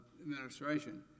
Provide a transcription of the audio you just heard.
administration